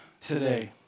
today